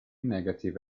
negative